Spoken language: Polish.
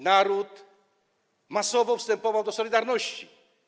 Naród masowo wstępował do „Solidarności”